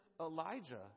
Elijah